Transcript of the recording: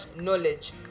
knowledge